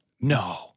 No